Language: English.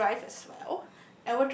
overdrive as well